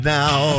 now